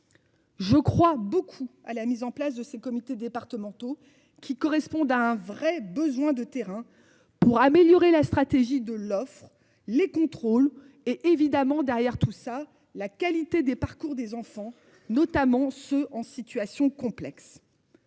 Je crois beaucoup à la mise en place de ces comités départementaux qui correspondent à un vrai besoin de terrain pour améliorer la stratégie de l'offre. Les contrôles et évidemment derrière tout ça, la qualité des parcours des enfants notamment ceux en situation complexe.--